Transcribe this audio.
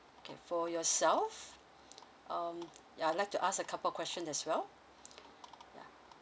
okay for yourself um yeah I'd like to ask a couple of question as well yeah